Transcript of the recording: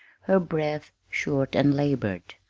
her breath short and labored.